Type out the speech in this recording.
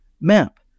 map